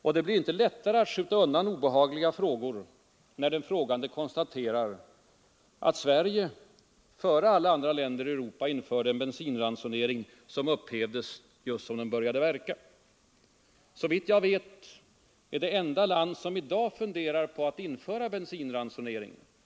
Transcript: Och det blir inte lättare att skjuta undan obehagliga frågor när de frågande konstaterar att Sverige före alla andra länder i Europa införde en bensinransonering, som upphävdes just när den började verka. Såvitt jag vet är Italien det enda land som i dag funderar på att införa bensinransonering.